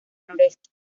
noroeste